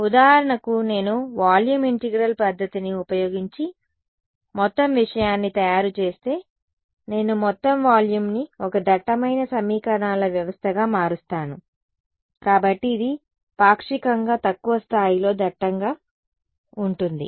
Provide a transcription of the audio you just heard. ఉదాహరణకు నేను volume integral పద్ధతిని ఉపయోగించి మొత్తం విషయాన్ని తయారు చేస్తే నేను మొత్తం వాల్యూమ్ను ఒక దట్టమైన సమీకరణాల వ్యవస్థగా మారుస్తాను కాబట్టి ఇది పాక్షికంగా తక్కువ స్థాయిలో దట్టంగా ఉంటుంది